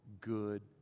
good